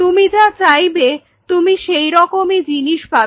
তুমি যা চাইবে তুমি সেই রকমই জিনিস পাবে